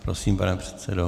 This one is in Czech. Prosím, pane předsedo.